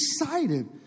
excited